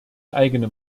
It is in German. eigene